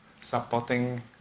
supporting